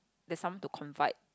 there's someone to confide